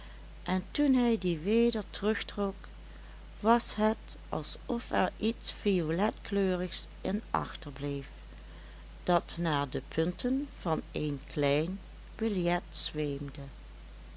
en toen hij die weder terugtrok was het als of er iets violetkleurigs in achterbleef dat naar de punten van een klein biljet zweemde